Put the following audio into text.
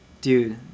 dude